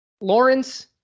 Lawrence –